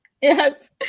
yes